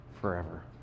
forever